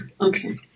Okay